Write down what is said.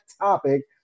topic